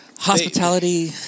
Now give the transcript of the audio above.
Hospitality